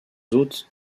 hôtes